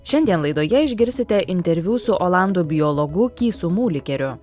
šiandien laidoje išgirsite interviu su olandų biologu kysu mulikeriu